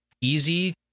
easy